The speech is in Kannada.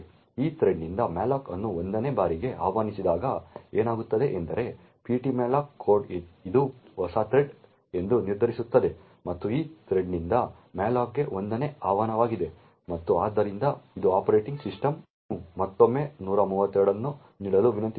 ಈ ಥ್ರೆಡ್ನಿಂದ malloc ಅನ್ನು 1 ನೇ ಬಾರಿಗೆ ಆಹ್ವಾನಿಸಿದಾಗ ಏನಾಗುತ್ತದೆ ಎಂದರೆ ptmalloc ಕೋಡ್ ಇದು ಹೊಸ ಥ್ರೆಡ್ ಎಂದು ನಿರ್ಧರಿಸುತ್ತದೆ ಮತ್ತು ಆ ಥ್ರೆಡ್ನಿಂದ malloc ಗೆ 1 ನೇ ಆಹ್ವಾನವಾಗಿದೆ ಮತ್ತು ಆದ್ದರಿಂದ ಇದು ಆಪರೇಟಿಂಗ್ ಸಿಸ್ಟಮ್ ಅನ್ನು ಮತ್ತೊಂದು 132 ಅನ್ನು ನೀಡಲು ವಿನಂತಿಸುತ್ತದೆ